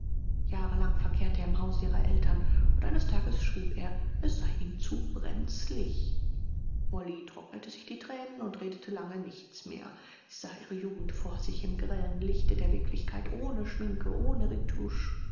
jahrelang verkehrte er im hause ihrer eltern und eines tages schrieb er es sei ihm zu brenzlich olly trocknete sich die tränen und redete lange nichts mehr sie sah ihre jugend vor sich im grellen lichte der wirklichkeit ohne schminke ohne